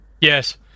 Yes